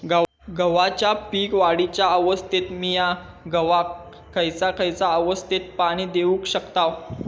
गव्हाच्या पीक वाढीच्या अवस्थेत मिया गव्हाक खैयचा खैयचा अवस्थेत पाणी देउक शकताव?